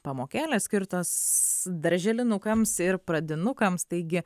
pamokėlės skirtos darželinukams ir pradinukams taigi